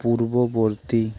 পূর্ববর্তী